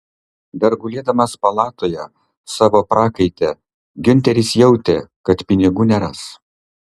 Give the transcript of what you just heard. dar gulėdamas palatoje savo prakaite giunteris jautė kad pinigų neras